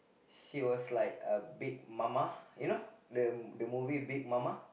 she was like a Big Mama you know the the movie Big Mama